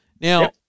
Now